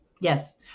Yes